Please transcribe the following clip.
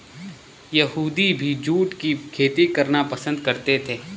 यहूदी भी जूट की खेती करना पसंद करते थे